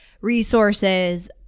resources